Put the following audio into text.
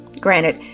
Granted